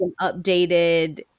updated